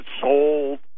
sold